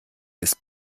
ist